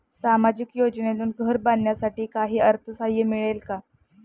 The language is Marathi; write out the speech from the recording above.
सामाजिक योजनेतून घर बांधण्यासाठी काही अर्थसहाय्य मिळेल का?